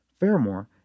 Fairmore